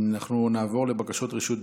אנחנו נעבור לבקשות רשות דיבור.